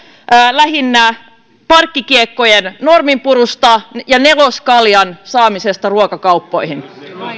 lähinnä parkkikiekkojen norminpurusta ja neloskaljan saamisesta ruokakauppoihin